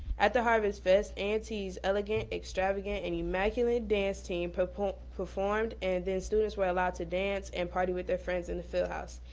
at the harvest fest, a and t's elegant, extravagant, and immaculate dance team performed performed and then students were allowed to dance and party with their friends in the field house.